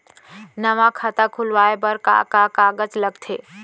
नवा खाता खुलवाए बर का का कागज लगथे?